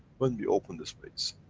when we open the space.